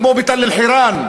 כמו באום-אלחיראן,